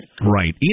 Right